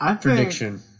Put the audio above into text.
Prediction